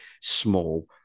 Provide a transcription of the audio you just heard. small